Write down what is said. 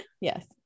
Yes